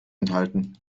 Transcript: enthalten